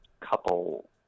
couple